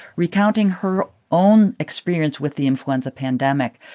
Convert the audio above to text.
recounting her own experience with the influenza pandemic.